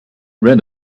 rid